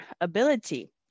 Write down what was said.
ability